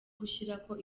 gushyiraho